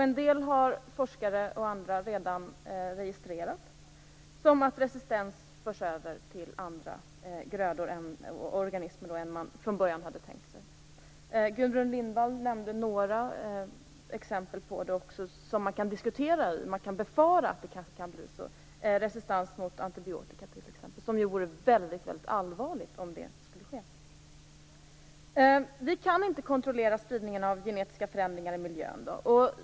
En del har forskare och andra redan registrerat, som att resistens förs över till andra grödor och organismer än man från början hade tänkt sig. Gudrun Lindvall nämnde några exempel där man kan befara att det kan bli så, såsom resistens mot antibiotika, som ju vore väldigt allvarligt. Vi kan inte kontrollera spridningen av genetiska förändringar i miljön.